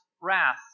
wrath